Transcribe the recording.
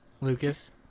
Lucas